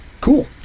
cool